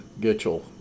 Gitchell